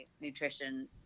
nutrition